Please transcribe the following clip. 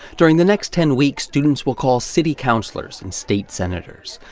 during the next ten weeks, students will call city counselors and state senators.